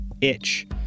itch